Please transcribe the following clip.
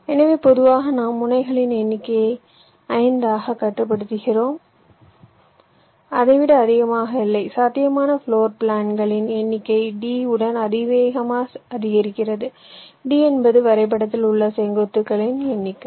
எனவே பொதுவாக நாம் முனைகளின் எண்ணிக்கையை 5 ஆகக் கட்டுப்படுத்துகிறோம் அதை விட அதிகமாக இல்லை சாத்தியமான ஃப்ளோர் பிளான்களின் எண்ணிக்கை d உடன் அதிவேகமாக அதிகரிக்கிறது d என்பது வரைபடத்தில் உள்ள செங்குத்துகளின் எண்ணிக்கை